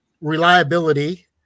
reliability